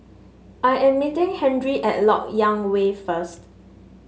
I am meeting Henry at LoK Yang Way first